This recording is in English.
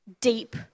deep